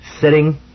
sitting